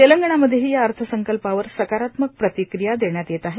तेलंगणामध्येही या अर्थसंकल्पावर सकारात्मक प्रतिक्रिया देण्यात येत आहेत